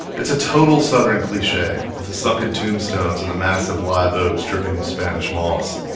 it's a total southern cliche, with the sunken tombstones and the massive live oaks dripping with spanish moss.